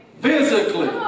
physically